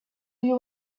you